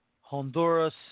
Honduras